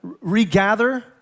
regather